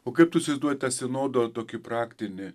o kaip tu įsivaizduoji tą sinodo tokį praktinį